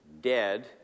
Dead